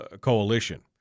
coalition